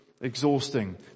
exhausting